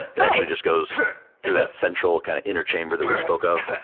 it actually just goes through that central kind of inner chamber that we spoke of.